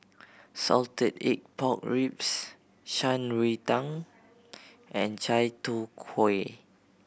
salted egg pork ribs Shan Rui Tang and chai tow kway